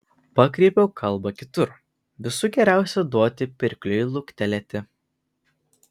pakreipiau kalbą kitur visų geriausia duoti pirkliui luktelėti